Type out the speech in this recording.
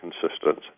consistent